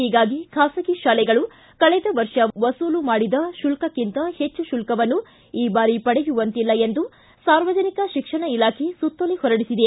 ಹೀಗಾಗಿ ಖಾಸಗಿ ಶಾಲೆಗಳು ಕಳೆದ ವರ್ಷ ವಸೂಲು ಮಾಡಿದ ಶುಲ್ಕಕ್ಕಿಂತ ಹೆಚ್ಚು ಶುಲ್ಕವನ್ನು ಈ ಬಾರಿ ಪಡೆಯುವಂತಿಲ್ಲ ಎಂದು ಸಾರ್ವಜನಿಕ ಶಿಕ್ಷಣ ಇಲಾಖೆ ಸುತ್ತೋಲೆ ಹೊರಡಿಸಿದೆ